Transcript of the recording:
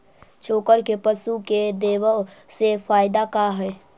चोकर के पशु के देबौ से फायदा का है?